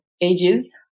ages